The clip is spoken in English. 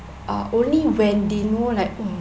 uh only when they know like oh